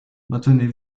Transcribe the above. maintenez